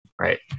Right